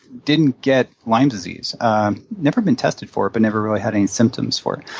didn't get lyme disease, um never been tested for it but never really had any symptoms for it.